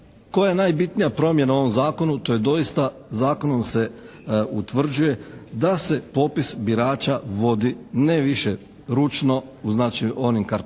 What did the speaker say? koja je najbitnija promjena u ovome zakonu to je doista zakonom se utvrđuje da se popis birača vodi ne više ručno znači u onim kartotekama,